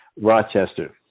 Rochester